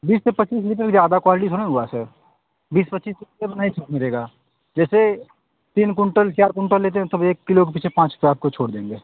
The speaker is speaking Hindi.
बीस से पच्चीस लीटर ज्यादा क्वालटी थोड़ी ना हुआ सर बीस पच्चीस लीटर में नहीं छूट मिलेगा जैसे तीन कुंटल चार कुंटल लेते हैं तब एक किलो के पीछे पाँच रुपये आपको छोड़ देंगे